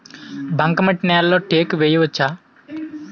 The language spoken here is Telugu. బంకమట్టి నేలలో టేకు వేయవచ్చా?